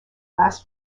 last